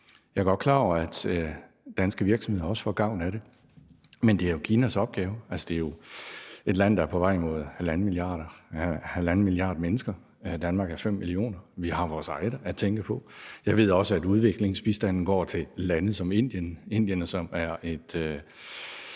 Jeg er godt klar over, at danske virksomheder også får gavn af det, men det er jo Kinas opgave. Det er jo et land, der er på vej mod halvanden milliard mennesker. I Danmark er vi 5 millioner. Vi har vores eget at tænke på. Jeg ved også, at udviklingsbistanden går til lande som Indien – Indien, som